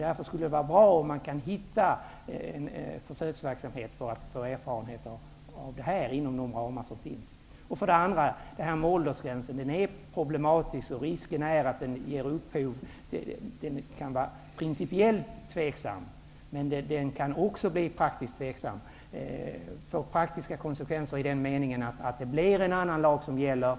Därför skulle det vara bra om det inom de ramar som gäller gick att hitta en försöksverksamhet för att på det sättet få erfarenheter. För det andra är detta med åldersgräns problematiskt. Principiellt och praktiskt råder det tvivel om nyttan av en sådan. I praktiken kan det bli så att det är en annan lag som gäller.